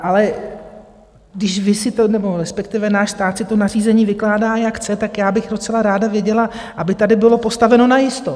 Ale když vy si to nebo respektive náš stát si to nařízení vykládá, jak chce, tak bych docela ráda věděla, aby tady bylo postaveno najisto.